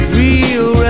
real